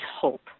hope